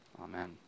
Amen